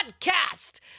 podcast